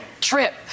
trip